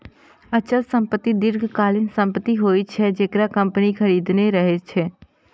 अचल संपत्ति दीर्घकालीन संपत्ति होइ छै, जेकरा कंपनी खरीदने रहै छै